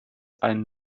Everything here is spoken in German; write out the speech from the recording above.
einen